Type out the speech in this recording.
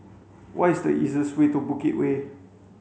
what is the easiest way to Bukit Way